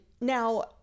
Now